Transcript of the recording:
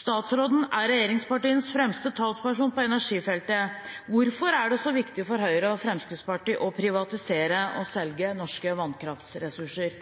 Statsråden er regjeringspartienes fremste talsperson på energifeltet. Hvorfor er det så viktig for Høyre og Fremskrittspartiet å privatisere og selge norske vannkraftressurser?»